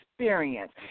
experience